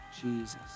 Jesus